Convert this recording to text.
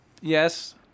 yes